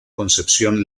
concepción